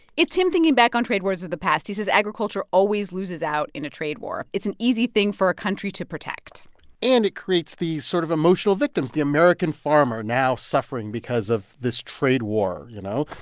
it's him thinking back on trade wars of the past. he says agriculture always loses out in a trade war. it's an easy thing for a country to protect and it creates these sort of emotional victims the american farmer now suffering because of this trade war, you know?